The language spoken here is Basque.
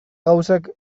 gauzak